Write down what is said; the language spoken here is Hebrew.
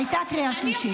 הייתה קריאה שלישית.